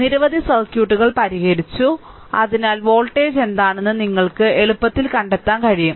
നിരവധി സർക്യൂട്ടുകൾ പരിഹരിച്ചു അതിനാൽ വോൾട്ടേജ് എന്താണെന്ന് നിങ്ങൾക്ക് എളുപ്പത്തിൽ കണ്ടെത്താൻ കഴിയും